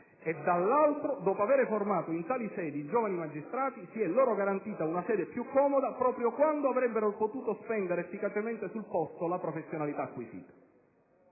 e, dall'altro, dopo aver formato in tali sedi i giovani magistrati, si è loro garantita una sede più comoda proprio quando avrebbero potuto spendere efficacemente sul posto la professionalità acquisita.